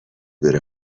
بره